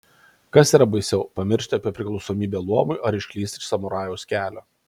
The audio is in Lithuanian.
kas yra baisiau pamiršti apie priklausomybę luomui ar išklysti iš samurajaus kelio